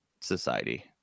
society